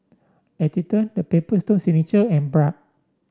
Atherton The Paper Stone Signature and Bragg